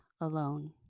alone